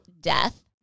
death